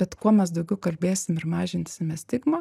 bet kuo mes daugiau kalbėsim ir mažinsime stigmą